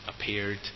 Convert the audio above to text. appeared